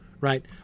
Right